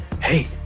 hey